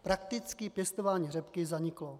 Prakticky pěstování řepky zaniklo.